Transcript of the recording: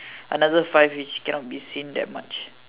another five which cannot be seen that much